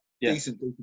decent